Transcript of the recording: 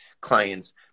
clients